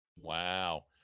Wow